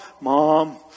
Mom